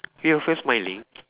you will smiling